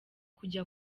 kujya